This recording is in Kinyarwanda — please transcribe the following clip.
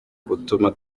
gutuma